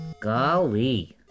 Golly